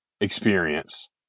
experience